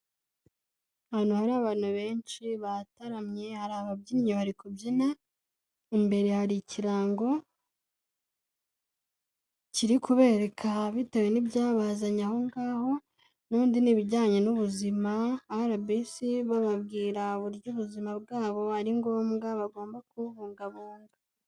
Ahantu hari abantu benshi baratamye hari ababyinnyi bari kubyina, imbere hari ikirango kiri kubereka bitewe n'ibyabazanye aho ngaho n'ubundi ni ibijyanye n'ubuzima RBC bababwira uburyo ubuzima bwabo ari ngombwa bagomba kububungabunga.